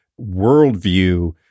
worldview